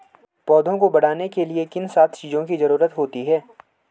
पौधों को बढ़ने के लिए किन सात चीजों की जरूरत होती है?